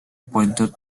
pointed